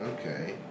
Okay